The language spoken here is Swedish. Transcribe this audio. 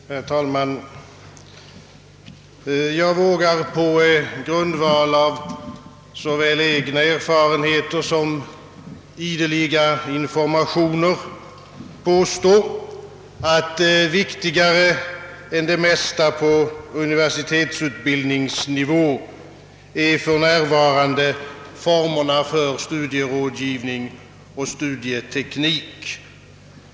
Herr talman! Jag vågar på grundval av såväl egna erfarenheter som ideliga informationer påstå, att viktigare än det mesta på universitetsutbildningsnivå är för närvarande formerna för studierådgivning och studieteknik.